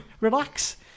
relax